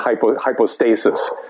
hypostasis